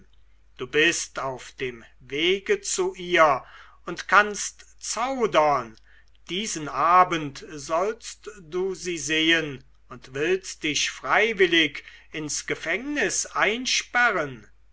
du bist auf dem wege zu ihr und kannst zaudern diesen abend sollst du sie sehen und willst dich freiwillig ins gefängnis einsperren